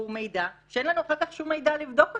מידע שאין לנו אחר כך שום דרך לבדוק אותו.